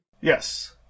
Yes